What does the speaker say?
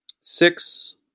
Six